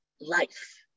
life